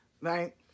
right